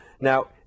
Now